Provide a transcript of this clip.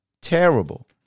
terrible